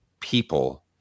people